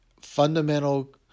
fundamental